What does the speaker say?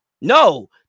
No